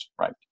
right